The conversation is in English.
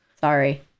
Sorry